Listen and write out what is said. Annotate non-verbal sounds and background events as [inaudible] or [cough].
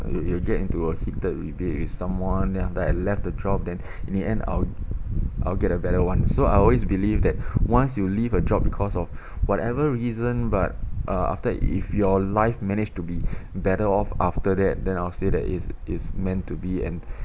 you you'll get into a heated debate with someone then after I left the job then in the end I'll I'll get a better one so I always believe that once you leave a job because of [breath] whatever reason but uh after if your life managed to be better off after that then I'll say that it's it's meant to be and